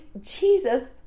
Jesus